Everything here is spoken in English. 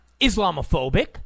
Islamophobic